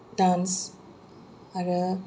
dance आरो